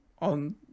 on